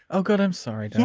oh, god, i'm sorry.